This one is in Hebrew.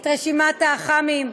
את רשימת האח"מים,